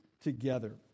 together